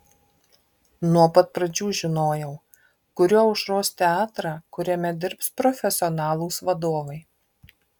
nuo pat pradžių žinojau kuriu aušros teatrą kuriame dirbs profesionalūs vadovai